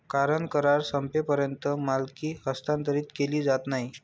कारण करार संपेपर्यंत मालकी हस्तांतरित केली जात नाही